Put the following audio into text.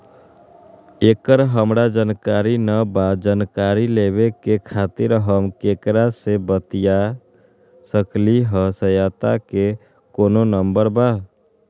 एकर हमरा जानकारी न बा जानकारी लेवे के खातिर हम केकरा से बातिया सकली ह सहायता के कोनो नंबर बा?